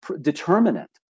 Determinant